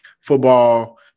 football